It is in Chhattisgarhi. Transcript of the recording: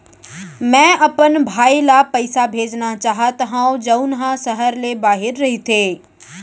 मै अपन भाई ला पइसा भेजना चाहत हव जऊन हा सहर ले बाहिर रहीथे